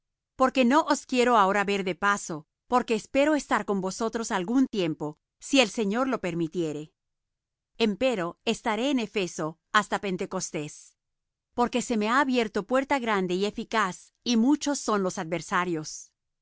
porque no os quiero ahora ver de paso porque espero estar con vosotros algún tiempo si el señor lo permitiere empero estaré en efeso hasta pentecostés porque se me ha abierto puerta grande y eficaz y muchos son los adversarios